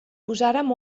posàrem